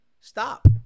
Stop